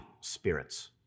spirits